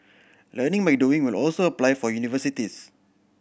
learning by doing will also apply for universities